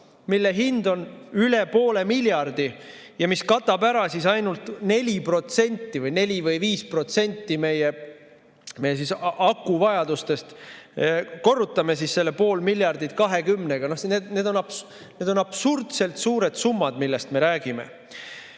mille hind on üle poole miljardi ja mis katab ära ainult 4–5% meie akuvajadustest. Korrutame siis selle pool miljardit 20‑ga. Need on absurdselt suured summad, millest me räägime.